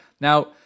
Now